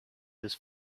this